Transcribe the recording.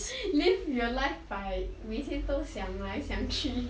live your life by 每天都想来想去